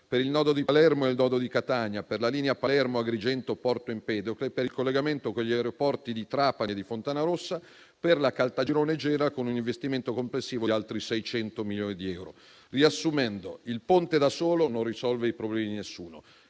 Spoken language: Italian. per il nodo di Palermo e il nodo di Catania, per la linea Palermo-Agrigento-Porto Empedocle, per il collegamento con gli aeroporti di Trapani e di Fontanarossa, per la Caltagirone-Gela, con un investimento complessivo di altri 600 milioni di euro. Riassumendo, il ponte da solo non risolve i problemi di nessuno;